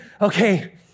okay